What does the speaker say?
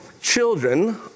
children